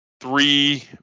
three